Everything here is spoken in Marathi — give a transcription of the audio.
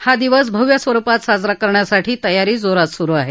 हा दिवस भव्य स्वरूपात साजरा करण्यासाठी तयारी जोरात सुरू आहे